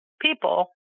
people